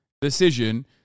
decision